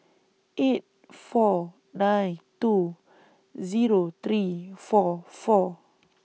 eight four nine two Zero three four four